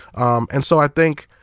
um and so i think,